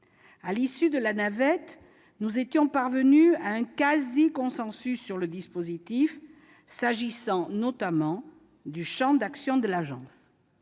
À l'issue de la navette, nous étions parvenus à un quasi-consensus sur le dispositif, s'agissant notamment du champ d'action de l'agence.